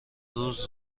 روز